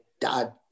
dad